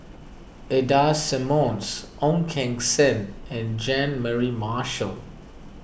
Ida Simmons Ong Keng Sen and Jean Mary Marshall